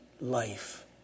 life